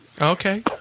Okay